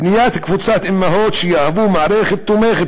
בניית קבוצת אימהות שיהוו מערכת תומכת